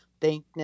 Thank